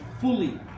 fully